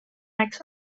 makes